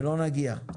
ולא נגיע.